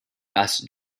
gus